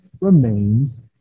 remains